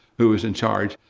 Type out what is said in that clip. who was in charge.